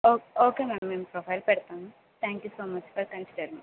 ఓ okay ma'am నేను profile పెడతాను thank you so much for consider me